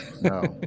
no